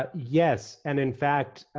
but yes, and in fact,